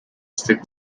strict